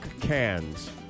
cans